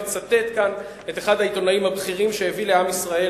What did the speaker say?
אני מצטט כאן את אחד העיתונאים הבכירים שהביא לעם ישראל